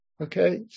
Okay